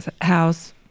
house